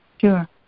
Sure